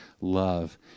love